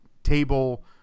table